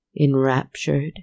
enraptured